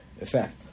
effect